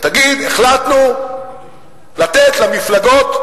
ותגיד: החלטנו לתת למפלגות,